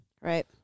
Right